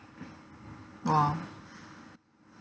!wah!